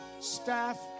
staff